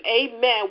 amen